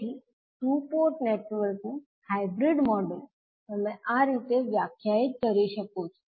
તેથી two port network નું hybrid model તમે આ રીતે વ્યાખ્યાયિત કરી શકો છો